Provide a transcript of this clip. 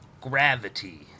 gravity